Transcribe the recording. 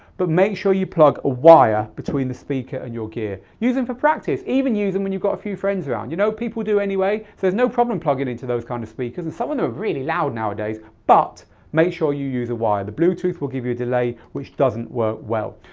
but make sure you plug a wire between the speaker and your gear. use em for practise, even use them when you've got a few friends around. you know people do anyway so there's no problem plugging into those kind of speakers and some of em are really loud nowadays. but make sure you use a wire. the bluetooth will give you a delay which doesn't work well.